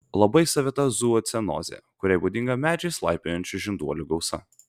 labai savita zoocenozė kuriai būdinga medžiais laipiojančių žinduolių gausa